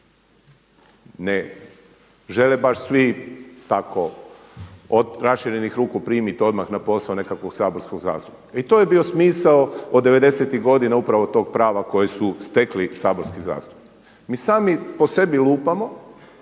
Ne žele baš svi tako raširenih ruku primiti odmah na posao nekog saborskog zastupnika. I to je bio smisao od '90.-tih godina upravo tog prava koje su stekli saborski zastupnici. Mi sami po sebi lupamo.